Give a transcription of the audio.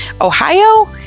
Ohio